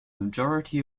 majority